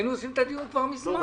היינו עושים את הדיון כבר מזמן.